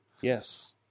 yes